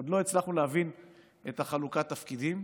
עוד לא הצלחנו להבין את חלוקת התפקידים,